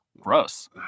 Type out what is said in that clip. gross